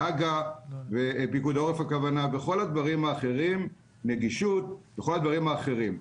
ופיקוד העורף, נגישות וכל הדברים האחרים.